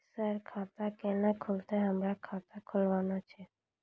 Sir खाता केना खुलतै, हमरा खाता खोलवाना छै?